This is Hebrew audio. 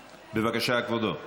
בבקשה, כבודו יסכם.